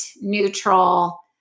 neutral